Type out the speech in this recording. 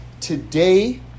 today